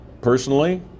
personally